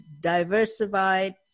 diversified